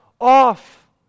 off